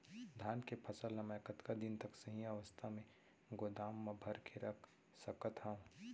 धान के फसल ला मै कतका दिन तक सही अवस्था में गोदाम मा भर के रख सकत हव?